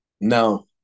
No